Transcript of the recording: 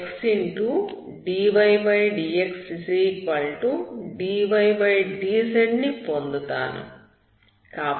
dydxdydz ని పొందుతాను